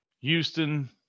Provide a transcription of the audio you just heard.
Houston